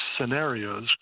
scenarios